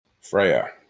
Freya